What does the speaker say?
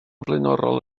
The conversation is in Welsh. flaenorol